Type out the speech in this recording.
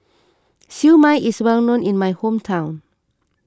Siew Mai is well known in my hometown